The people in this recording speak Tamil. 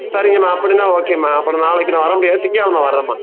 சரிங்கம்மா அப்படின்னா ஓகேமா அப்புறம் நாளைக்கு நான் வர முடியாது திங்கக்கிழம வரம்மா